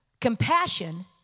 Compassion